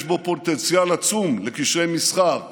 יש בו פוטנציאל עצום לקשרי מסחר,